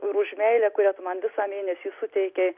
ir už meilę kurią tu man visą mėnesį suteikei